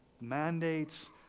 mandates